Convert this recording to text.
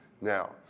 now